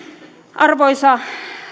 arvoisa